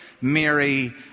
Mary